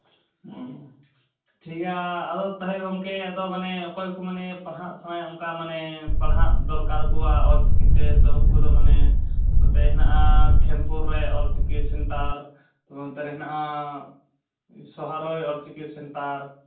ᱚᱻ ᱴᱷᱤᱠ ᱜᱮᱭᱟ ᱟᱫᱚ ᱛᱟᱦᱞᱮ ᱜᱚᱢᱠᱮ ᱟᱫᱚ ᱢᱟᱱᱮ ᱚᱠᱚᱭ ᱠᱚ ᱢᱟᱱᱮ ᱯᱟᱲᱦᱟᱜ ᱥᱟᱶ ᱚᱱᱠᱟ ᱢᱟᱱᱮ ᱯᱟᱲᱦᱟᱜ ᱫᱚᱨᱠᱟᱨ ᱠᱚᱣᱟ ᱚᱞᱪᱤᱠᱤᱛᱮ ᱛᱳ ᱩᱱᱠᱩ ᱫᱚ ᱢᱟᱱᱮ ᱱᱚᱛᱮ ᱦᱮᱱᱟᱜᱼᱟ ᱠᱷᱮᱢᱯᱩᱨ ᱨᱮ ᱚᱞᱪᱤᱠᱤ ᱥᱮᱱᱴᱟᱨ ᱱᱚᱛᱮᱨᱮ ᱦᱮᱱᱟᱜᱼᱟ ᱥᱚᱦᱟᱨᱳᱭ ᱚᱞᱪᱤᱠᱤ ᱥᱮᱱᱴᱟᱨ